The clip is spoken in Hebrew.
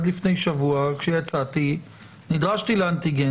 לפני שבוע כשיצאתי נדרשתי לאנטיגן.